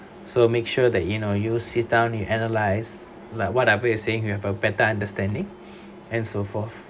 so make sure that you know you sit down you analyse like whatever you're saying you have a better understanding and so forth